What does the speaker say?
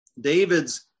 David's